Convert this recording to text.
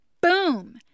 Boom